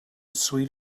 sweet